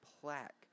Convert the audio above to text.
plaque